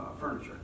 furniture